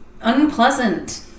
unpleasant